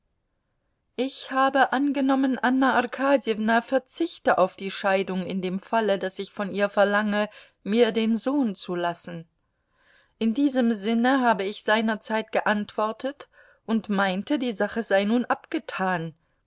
ich habe angenommen anna arkadjewna verzichte auf die scheidung in dem falle daß ich von ihr verlange mir den sohn zu lassen in diesem sinne habe ich seinerzeit geantwortet und meinte die sache sei nun abgetan